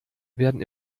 werden